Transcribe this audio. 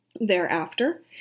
Thereafter